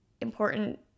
important